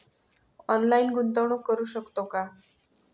Online गुंतवणूक करू शकतो का?